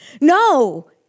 No